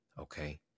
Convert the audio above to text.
Okay